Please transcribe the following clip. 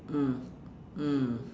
mm mm